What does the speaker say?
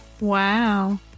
Wow